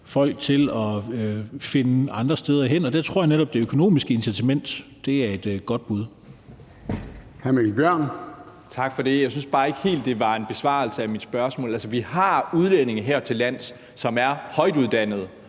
folk til at tage andre steder hen, og der tror jeg netop, det økonomiske incitament er et godt bud.